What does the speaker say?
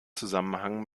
zusammenhang